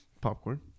Popcorn